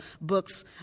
books